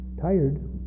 tired